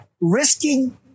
risking